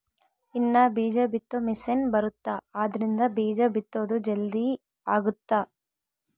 ಇನ್ನ ಬೀಜ ಬಿತ್ತೊ ಮಿಸೆನ್ ಬರುತ್ತ ಆದ್ರಿಂದ ಬೀಜ ಬಿತ್ತೊದು ಜಲ್ದೀ ಅಗುತ್ತ